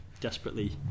desperately